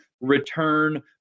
return